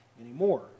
anymore